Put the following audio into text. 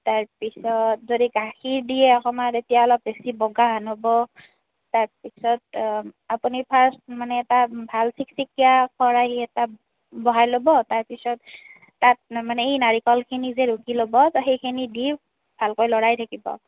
তাৰপিছত যদি গাখীৰ দিয়ে অকণমান তেতিয়া অলপ বেছি বগাহেন হ'ব তাৰ পিছত আপুনি ফাৰ্ষ্ট মানে এটা ভাল চিকচিকীয়া খৰাহি এটা বহাই ল'ব তাৰ পিছত তাত মানে এই নাৰিকলখিনি যে ৰুকি ল'ব সেইখিনি দি ভালকৈ লৰাই থাকিব